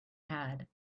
had